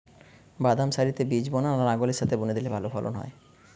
বাদাম সারিতে বীজ বোনা না লাঙ্গলের সাথে বুনে দিলে ভালো ফলন হয়?